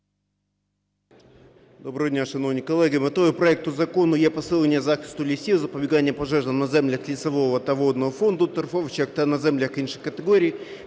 Доброго дня, шановні колеги! Метою проекту закону є посилення захисту лісів, запобігання пожежам на землях лісового та водного фонду, торфовищах та на землях інших категорій,